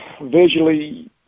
visually